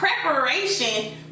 preparation